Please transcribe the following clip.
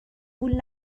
وول